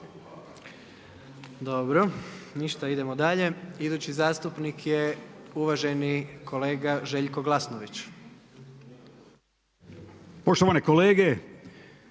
Dobro. Ništa idemo dalje. Idući zastupnik je uvaženi kolega Željko Glasnović. **Glasnović,